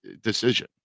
decision